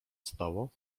stało